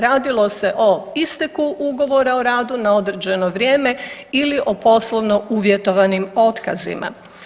Radilo se o isteku ugovora o radu na određeno vrijeme ili na poslovno uvjetovanim otkazima.